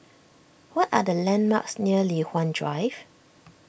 what are the landmarks near Li Hwan Drive